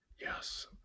Yes